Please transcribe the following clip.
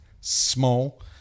small